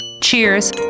Cheers